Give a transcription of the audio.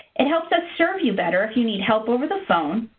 it helps us serve you better if you need help over the phone,